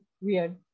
weird